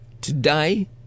today